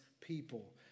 people